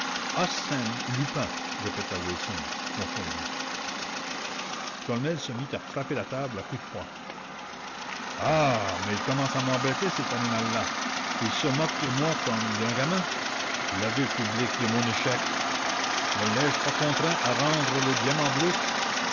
arsène lupin répéta wilson confondu sholmès se mit à frapper la table à coups de poing ah mais il commence à m'embêter cet animal-là il se moque de moi comme d'un gamin l'aveu public de mon échec ne l'ai-je pas contraint à rendre le diamant bleu